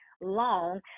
long